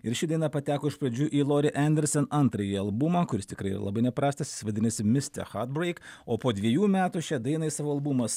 ir ši daina pateko iš pradžių į lori enderson antrąjį albumą kuris tikrai labai neprastas vadinasi miste chadbraik o po dvejų metų šią dainą į savo albumą